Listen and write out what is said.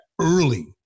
early